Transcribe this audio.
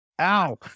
ow